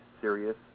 serious